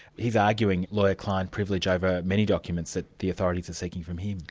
he's arguing lawyer-client privilege over many documents that the authorities are seeking from him.